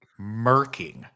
murking